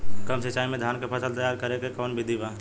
कम सिचाई में धान के फसल तैयार करे क कवन बिधि बा?